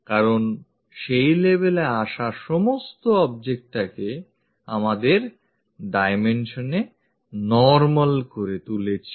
কারণ সেই level এ আসা সমস্ত object টাকে আমাদের direction এ normal করে তুলছি